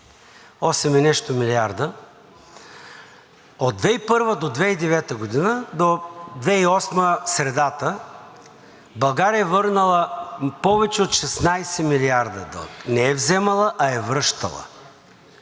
8 и нещо милиарда. От 2001 до 2009 г., до 2008 г. средата, България е върнала повече от 16 милиарда дълг. Не е вземала, а е връщала